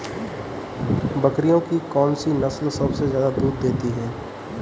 बकरियों की कौन सी नस्ल सबसे ज्यादा दूध देती है?